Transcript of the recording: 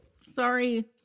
sorry